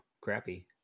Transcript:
crappy